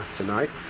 tonight